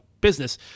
business